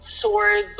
swords